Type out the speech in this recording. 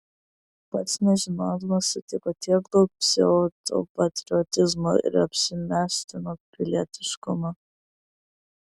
pats nežinodamas sutiko tiek daug pseudopatriotizmo ir apsimestinio pilietiškumo